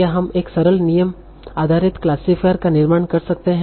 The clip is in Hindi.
क्या हम एक सरल नियम आधारित क्लासीफायर का निर्माण कर सकते हैं